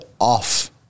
off-